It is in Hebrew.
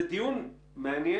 זה דיון מעניין.